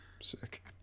Sick